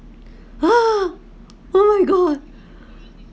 !huh! oh my god